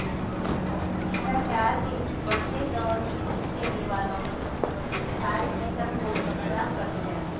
भ्रष्टाचार के इस बढ़ते दौर में घूस लेने वालों ने सारे सिस्टम को ही खराब कर दिया है